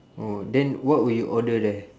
oh then what will you order there